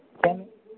कम